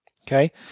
Okay